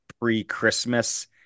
pre-Christmas